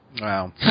Wow